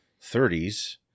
30s